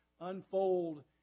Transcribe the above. unfold